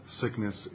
sickness